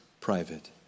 private